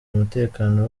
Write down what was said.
umutekano